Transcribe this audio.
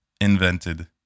invented